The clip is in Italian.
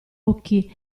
occhi